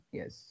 yes